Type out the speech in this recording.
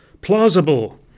Plausible